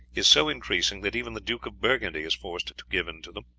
is so increasing that even the duke of burgundy is forced to give in to them.